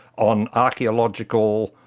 on archaeological,